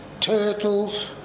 turtles